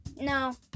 No